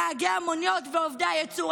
נהגי המוניות ועובדי הייצור?